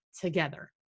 together